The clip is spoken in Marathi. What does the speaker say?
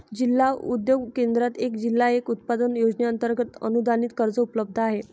जिल्हा उद्योग केंद्रात एक जिल्हा एक उत्पादन योजनेअंतर्गत अनुदानित कर्ज उपलब्ध आहे